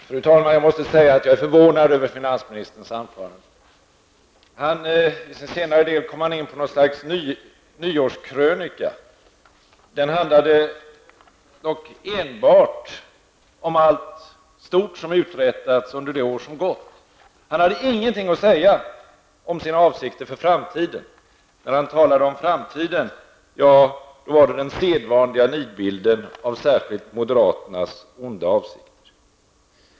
Fru talman! Jag måste säga att jag är förvånad över finansministerns anförande. I den senare delen kom han in på något slags nyårskrönika. Den handlade dock enbart om allt stort som uträttats under det år som gått. Han hade ingenting att säga om sina avsikter för framtiden. Då han talar om framtiden är det den sedvanliga nidbilden av särskilt moderaternas onda avsikter.